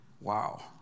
Wow